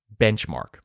benchmark